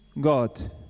god